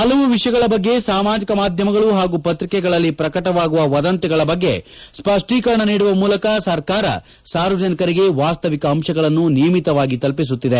ಪಲವು ವಿಷಯಗಳ ಬಗ್ಗೆ ಸಾಮಾಜಿಕ ಮಾಧ್ಯಮಗಳು ಪಾಗೂ ಪತ್ರಿಕೆಗಳಲ್ಲಿ ಪ್ರಕಟವಾಗುವ ವದಂತಿಗಳ ಬಗ್ಗೆ ಸ್ವಷ್ಟೀಕರಣ ನೀಡುವ ಮೂಲಕ ಸರ್ಕಾರ ಸಾರ್ವಜನಿಕರಿಗೆ ವಾಸ್ತವಿಕ ಅಂಶಗಳನ್ನು ನಿಯಮಿತವಾಗಿ ತಲುಪಿಸುತ್ತಿದೆ